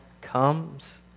comes